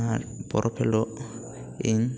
ᱟᱨ ᱯᱚᱨᱚᱵᱽ ᱦᱤᱞᱚᱜ ᱤᱧ